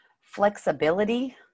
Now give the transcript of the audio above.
flexibility